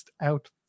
out